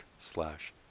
slash